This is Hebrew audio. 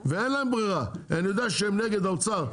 ואין להם ברירה, ואני יודע שהאוצר נגד,